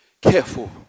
careful